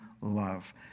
love